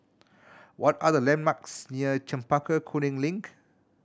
what are the landmarks near Chempaka Kuning Link